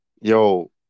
Yo